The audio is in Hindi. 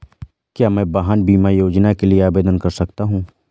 क्या मैं वाहन बीमा योजना के लिए आवेदन कर सकता हूँ?